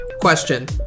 Question